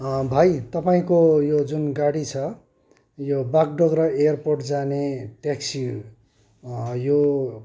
भाइ तपाईँको यो जुन गाडी छ यो बागडोग्रा एयरपोर्ट जाने ट्याक्सी यो